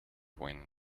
when